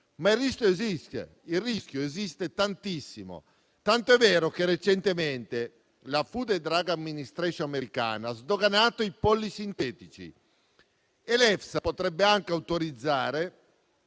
al pesce. Ma il rischio esiste ed è alto, tant'è vero che recentemente la Food and drug administration americana ha sdoganato i polli sintetici, e l'EFSA potrebbe anche autorizzare